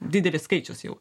didelis skaičius jau